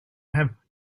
have